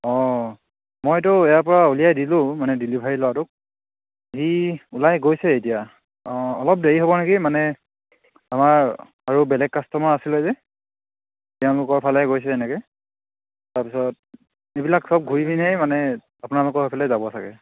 অঁ মইতো ইয়াৰপৰা উলিয়াই দিলোঁ মানে ডেলিভাৰী ল'ৰাটোক সি ওলাই গৈছে এতিয়া অঁ অলপ দেৰি হ'ব নেকি মানে আমাৰ আৰু বেলেগ কাষ্টমাৰ আছিলে যে তেওঁলোকৰ ফালে গৈছে এনেকৈ তাৰপিছত এইবিলাক চব ঘূৰি পিনে মানে আপোনালোকৰ এইফালে যাব চাগে